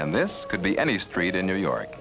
and this could be any street in new york